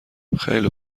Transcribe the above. خیلی